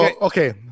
Okay